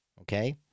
okay